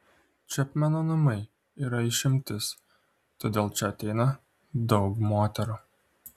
čepmeno namai yra išimtis todėl čia ateina daug moterų